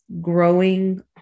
growing